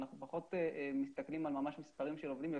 אנחנו פחות מסתכלים על מספרים של עובדים,